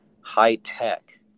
high-tech